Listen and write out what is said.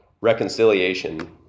reconciliation